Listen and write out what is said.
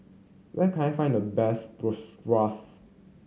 where can I find the best Bratwurst